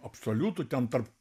absoliutų ten tarp